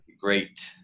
Great